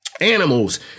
animals